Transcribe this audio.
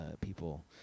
people